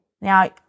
Now